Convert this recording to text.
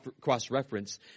cross-reference